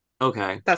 Okay